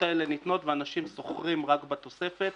הללו ניתנות ואנשים סוחרים רק בתוספת.